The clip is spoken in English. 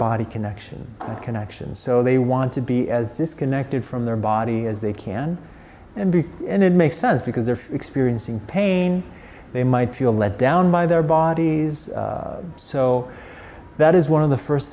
body connection and connection so they want to be as disconnected from their body as they can and be in and make sense because they're experiencing pain they might feel let down by their bodies so that is one of the first